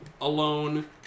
alone